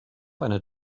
einer